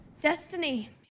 Destiny